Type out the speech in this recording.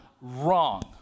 wrong